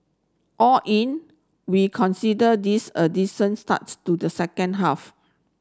all in we consider this a decent starts to the second half